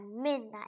midnight